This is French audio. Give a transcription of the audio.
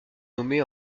nommée